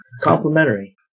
Complimentary